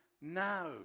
now